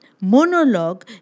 monologue